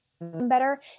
better